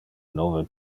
nove